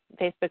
Facebook